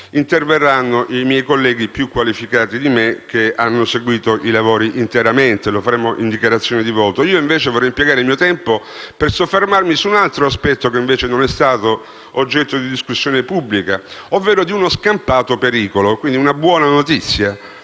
questo interverranno i miei colleghi, più qualificati di me, che hanno seguito i lavori interamente. Lo faremo in sede di dichiarazione di voto. Personalmente, vorrei impiegare il tempo a mia disposizione per soffermarmi su un altro aspetto, che invece non è stato oggetto di discussione pubblica, ovvero su uno scampato pericolo. Quindi è una buona notizia